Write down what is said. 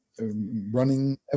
running